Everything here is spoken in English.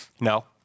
No